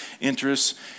interests